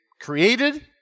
Created